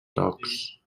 tocs